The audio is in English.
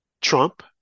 Trump